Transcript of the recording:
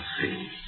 see